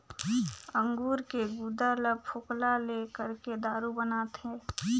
अंगूर के गुदा ल फोकला ले करके दारू बनाथे